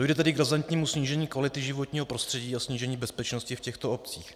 Dojde tedy k razantnímu snížení kvality životního prostředí a snížení bezpečnosti v těchto obcích.